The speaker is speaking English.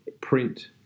print